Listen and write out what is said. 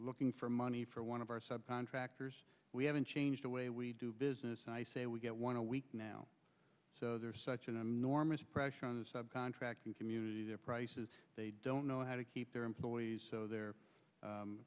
looking for money for one of our subcontractors we haven't changed the way we do business and i say we get one a week now so there's such an enormous pressure on the sub contracting community their prices they don't know how to keep their employees so they're